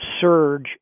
surge